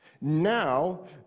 Now